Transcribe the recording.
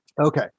Okay